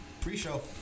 pre-show